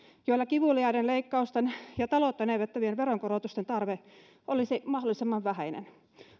joilla kivuliaiden leikkausten ja taloutta näivettävien veronkorotusten tarve olisi mahdollisimman vähäinen